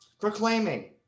Proclaiming